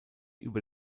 über